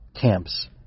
camps